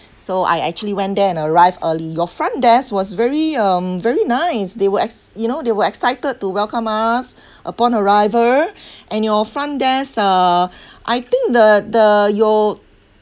so I actually went there and arrive early your front desk was very um very nice they were ex~ you know they were excited to welcome us upon arrival and your front desk uh I think the the your